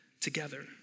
together